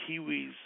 kiwis